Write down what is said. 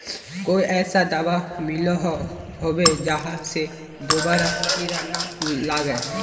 कोई ऐसा दाबा मिलोहो होबे जहा से दोबारा कीड़ा ना लागे?